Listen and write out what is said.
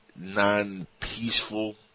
non-peaceful